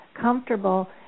comfortable